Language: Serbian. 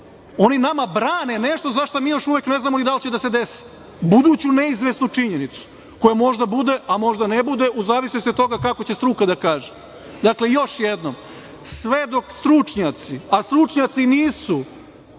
oni nama brane nešto za šta mi još uvek ne znamo dal će da se desi, buduću neizvesnu činjenicu, koja može da bude, a možda ne bude u zavisnosti od toga kako će struka da kaže. Dakle, još jednom, stručnjaci, a stručnjaci nisu